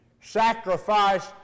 sacrifice